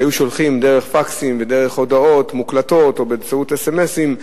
שהיו שולחים דרך פקסים ודרך הודעות מוקלטות או באמצעות אס.אם.אסים,